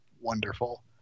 wonderful